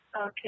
Okay